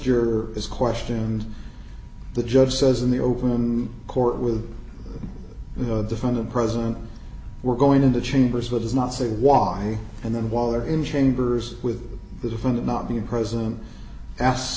your is question and the judge says in the open court with the defendant present we're going into chambers what does not say why and then while they're in chambers with that if i'm not being present ask